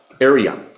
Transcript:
Area